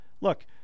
Look